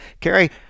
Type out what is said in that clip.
Carrie